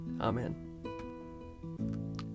Amen